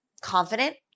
confident